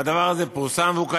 והדבר הזה פורסם והוא קיים.